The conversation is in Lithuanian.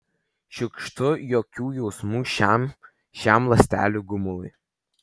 šiukštu jokių jausmų šiam šiam ląstelių gumului